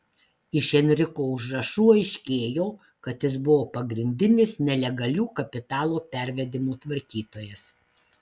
iš enriko užrašų aiškėjo kad jis buvo pagrindinis nelegalių kapitalo pervedimų tvarkytojas